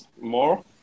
more